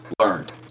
learned